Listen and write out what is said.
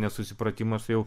nesusipratimas jau